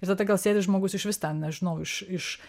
ir tada gal sėdi žmogus išvis ten nežinau iš iš